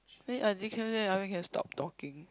then I think after that we can stop talking